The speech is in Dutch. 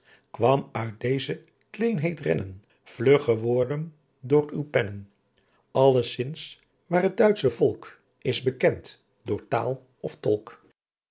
quam uit deeze kleenheit rennen viugh geworden door uw pennen allezins waar t duitsche volk is bekent door taal of tolk